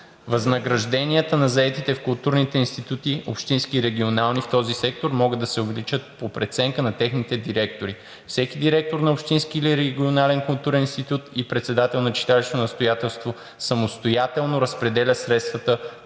Възнагражденията на заетите в културните институти – общински и регионални, в този сектор могат да се увеличат по преценка на техните директори. Всеки директор на общински или регионален културен институт и председател на читалищно настоятелство самостоятелно разпределя средствата,